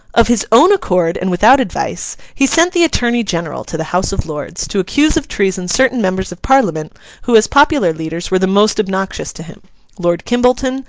of his own accord and without advice, he sent the attorney-general to the house of lords, to accuse of treason certain members of parliament who as popular leaders were the most obnoxious to him lord kimbolton,